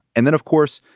and then, of course,